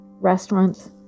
Restaurants